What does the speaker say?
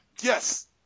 Yes